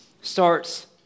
starts